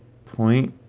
point